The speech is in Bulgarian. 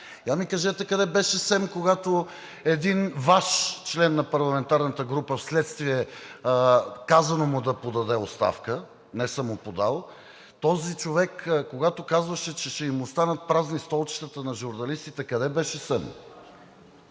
Я ми кажете къде беше СЕМ, когато един Ваш член на парламентарната група вследствие казано му да подаде оставка, не самоподал, когато този човек казваше, че ще им останат празни столчетата на журналистите, къде беше СЕМ?